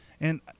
And-